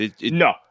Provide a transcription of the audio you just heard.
No